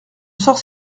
sors